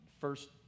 first